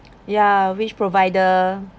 ya which provider